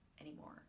anymore